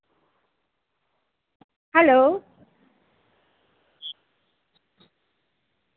hello